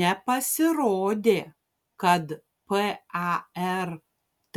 nepasirodė kad par